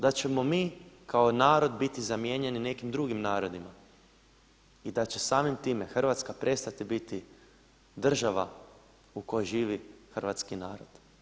Da ćemo mi kao narod biti zamijenjeni nekim drugim narodima i da će samim time Hrvatska prestati biti država u kojoj živi hrvatski narod.